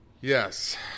Yes